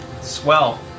Swell